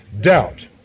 doubt